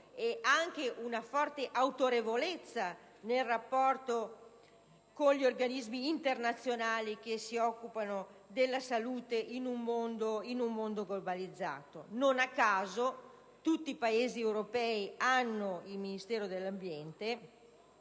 ed una forte autorevolezza nel rapporto con gli organismi internazionali che si occupano della salute in un mondo globalizzato. Non a caso, tutti i Paesi europei hanno il Ministero competente;